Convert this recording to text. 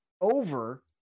over